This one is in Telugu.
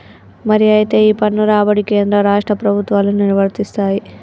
మరి అయితే ఈ పన్ను రాబడి కేంద్ర రాష్ట్ర ప్రభుత్వాలు నిర్వరిస్తాయి